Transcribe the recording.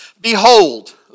Behold